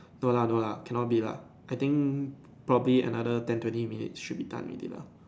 no lah no lah cannot be lah I think probably another ten twenty minutes should be done already lah